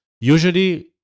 Usually